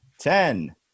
ten